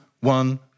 one